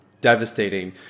Devastating